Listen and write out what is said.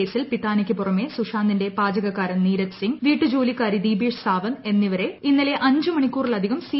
കേസിൽ പിത്താനിക്ക് പുറമെ സുശാന്തിന്റെ പാചകക്കാരൻ നീരജ് സിംഗ് വീട്ടുജോലിക്കാരി ദീപേഷ് സാവന്ത് എന്നിവരെ ഇന്നലെ അഞ്ച് മണിക്കൂറിലധികം സി